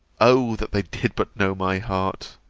o that they did but know my heart